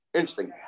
Interesting